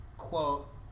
quote